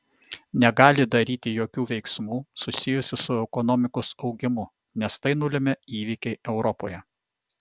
negali daryti jokių veiksmų susijusių su ekonomikos augimu nes tai nulemia įvykiai europoje